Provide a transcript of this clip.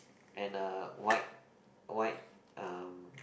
and a white white um